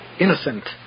innocent